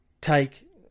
take